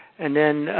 and then,